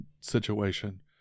situation